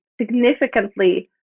significantly